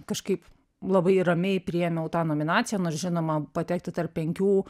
kažkaip labai ramiai priėmiau tą nominaciją nors žinoma patekti tarp penkių